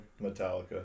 Metallica